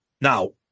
now